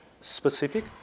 specific